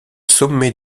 sommet